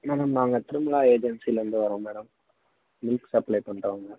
madam நாங்கள் திருமலா ஏஜென்சிலேருந்து வர்றோம் மேடம் மில்க் சப்ளை பண்ணுறோம் மேடம்